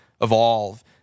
evolve